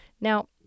Now